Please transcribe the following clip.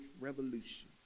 revolution